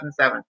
2007